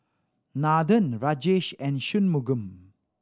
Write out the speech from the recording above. Nathan Rajesh and Shunmugam